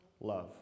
love